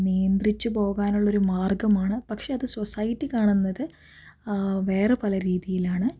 നിയന്ത്രിച്ചു പോകാനുള്ളൊരു മാർഗ്ഗമാണ് പക്ഷെ സൊസൈറ്റി കാണുന്നത് വേറെ പല രീതിയിലാണ്